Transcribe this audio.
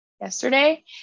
yesterday